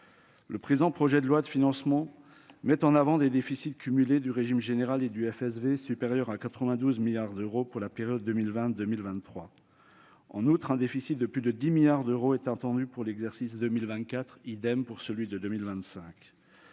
Le présent projet de loi de financement met en avant des déficits cumulés du régime général et du FSV supérieurs à 92 milliards d'euros pour la période 2020-2023. En outre, un déficit de 10 milliards d'euros est attendu pour l'exercice 2024. pour celui de 2025.